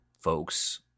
folks